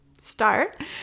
start